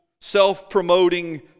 self-promoting